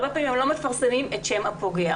הרבה פעמים הם לא מפרסמים את שם הפוגע.